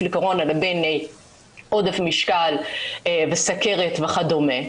לקורונה ובין עודף משקל וסוכרת וכדומה.